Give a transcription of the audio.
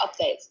updates